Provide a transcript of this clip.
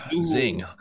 Zing